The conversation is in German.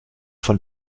von